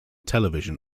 television